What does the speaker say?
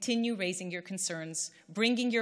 להלן תרגומם: